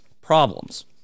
problems